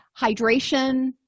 Hydration